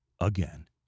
again